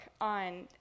on